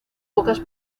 pocas